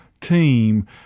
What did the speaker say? team—